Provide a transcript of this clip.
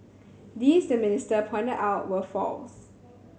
these the minister pointed out were false